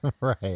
Right